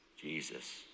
Jesus